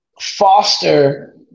foster